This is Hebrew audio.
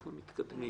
אנחנו מתקדמים.